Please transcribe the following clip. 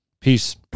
Peace